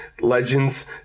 legends